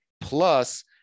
plus